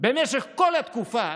במשך כל התקופה,